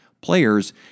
players